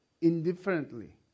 indifferently